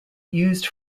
used